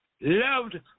loved